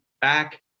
back